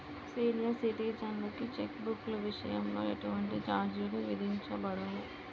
senior సిటిజన్లకి cheque బుక్ల విషయంలో ఎటువంటి ఛార్జీలు విధించబడవు